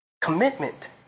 Commitment